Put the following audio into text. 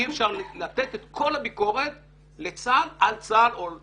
אי-אפשר לתת את כל הביקורת על צה"ל לצה"ל